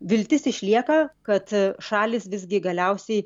viltis išlieka kad šalys visgi galiausiai